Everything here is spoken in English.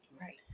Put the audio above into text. Right